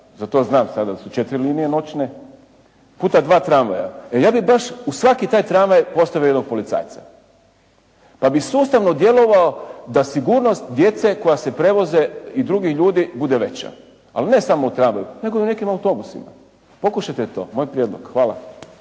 za to znam sada da su 4 linije noćne, puta dva tramvaja. E ja bih baš u svaki taj tramvaj postavio jednog policajca, pa bi sustavno djelovao da sigurnost djece koja se prevoze i drugih ljudi bude veća. Ali ne samo u tramvaju, nego u nekim autobusima. Pokušajte to, moj prijedlog. Hvala.